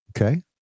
Okay